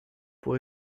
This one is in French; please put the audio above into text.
pour